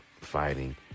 fighting